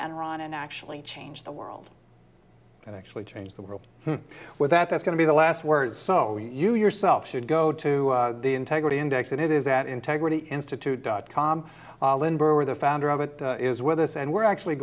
run and actually change the world and actually change the world where that is going to be the last word so you yourself should go to the integrity index and it is at integrity institute dot com where the founder of it is with us and we're actually